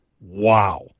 Wow